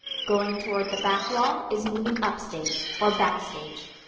going toward the back wall is moving up-stage or back-stage.